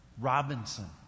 Robinson